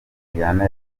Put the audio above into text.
juliana